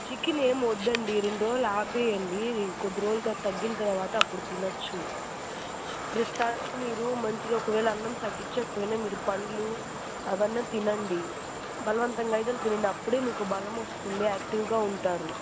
chicken ఏం వద్దండి రెండు రోజులు ఆపేయండి కొద్ది రోజలు తర్వాత తగ్గిన తర్వాత అప్పుడు తినచ్చు ప్రస్తుతానికి మీరు మంచిగా ఒకవేళ అన్నం సాయించకపోయినా మీరు పండ్లు అవన్నీ తినండి బలవంతం మిదన్నా ఉంటారు